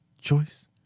choice